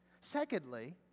Secondly